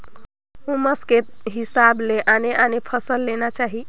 मउसम के हिसाब ले आने आने फसल लेना चाही